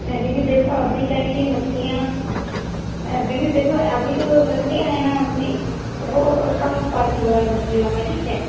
हाँ दीदी देखो अभी क्या है कि मछलियाँ दीदी देखो अभी जो मछलियाँ हैं न अपनी वो कम उत्पादन हो रहा है मछलियों का ठीक है